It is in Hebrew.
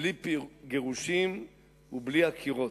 בלי גירושים ובלי עקירות,